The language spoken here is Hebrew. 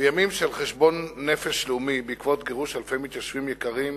וימים של חשבון נפש לאומי בעקבות גירוש אלפי מתיישבים יקרים